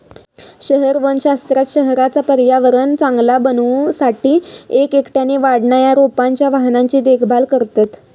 शहर वनशास्त्रात शहराचा पर्यावरण चांगला बनवू साठी एक एकट्याने वाढणा या रोपांच्या वाहनांची देखभाल करतत